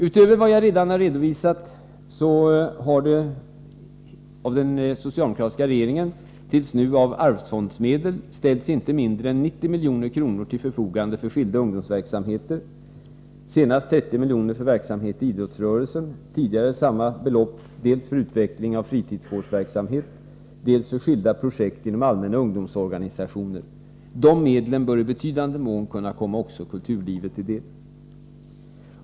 Utöver vad jag har redovisat har den socialdemokratiska regeringen tills nu ställt inte mindre än 90 milj.kr. av arvsfondmedel till förfogande för skilda ungdomsverksamheter — senast 30 milj.kr. för verksamhet i idrottsrörelsen, tidigare samma belopp dels för utveckling av fritidsgårdsverksamhet, dels för genomförande av skilda projekt inom allmänna ungdomsorganisationer. De medlen bör i betydande mån kunna komma också kulturlivet till del.